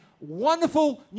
wonderful